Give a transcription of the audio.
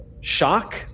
shock